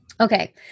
Okay